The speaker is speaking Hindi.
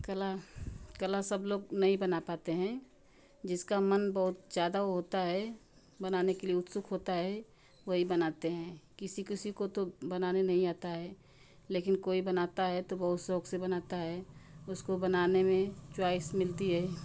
कला कला सब लोग नहीं बना पाते हैं जिसका मन बहुत ज़्यादा होता है बनाने के लिए उत्सुक होता है वो ही बनाते हैं किसी किसी को तो बनाने नहीं आता है लेकिन कोई बनाता है तो बहुत शौक़ से बनाता है उसको बनाने में चॉइस मिलती है